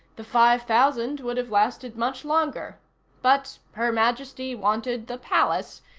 the five thousand would have lasted much longer but her majesty wanted the palace,